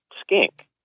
Skink